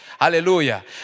Hallelujah